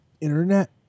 internet